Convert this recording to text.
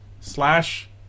slash